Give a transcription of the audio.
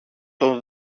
τον